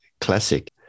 Classic